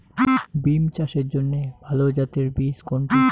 বিম চাষের জন্য ভালো জাতের বীজ কোনটি?